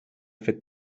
fet